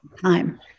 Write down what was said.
time